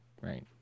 right